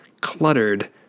cluttered